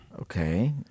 Okay